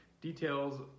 Details